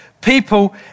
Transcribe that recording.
people